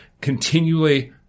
continually